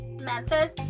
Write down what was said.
Memphis